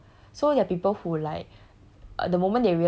so you will call that dabao so there are people who like